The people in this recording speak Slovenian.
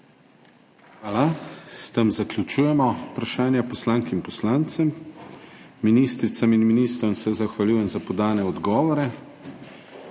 Hvala. S tem zaključujemo vprašanja poslank in poslancev. Ministricam in ministrom se zahvaljujem za podane odgovore.